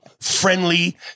friendly